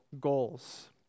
goals